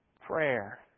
Prayer